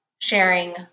sharing